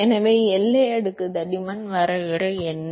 எனவே எல்லை அடுக்கு தடிமன் வரையறை என்ன